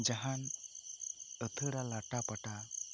ᱡᱟᱦᱟᱱ ᱟᱹᱛᱷᱟᱹᱲᱟ ᱞᱟᱴᱟᱯᱟᱴᱟ